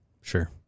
sure